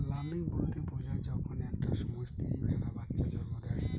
lambing বলতে বোঝায় যখন একটা সময় স্ত্রী ভেড়া বাচ্চা জন্ম দেয়